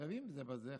למה זה חשוב?